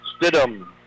Stidham